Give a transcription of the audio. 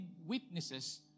witnesses